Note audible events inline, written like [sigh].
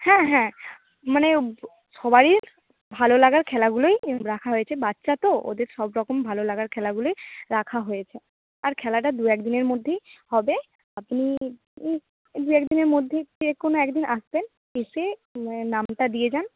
হ্যাঁ হ্যাঁ মানে [unintelligible] সবাইয়ের ভালো লাগার খেলাগুলোই রাখা হয়েছে বাচ্চা তো ওদের সব রকম ভালো লাগার খেলাগুলোই রাখা হয়েছে আর খেলাটা দু এক দিনের মধ্যেই হবে আপনি দু এক দিনের মধ্যেই [unintelligible] কোনো এক দিন আসবেন এসে [unintelligible] নামটা দিয়ে যান